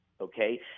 okay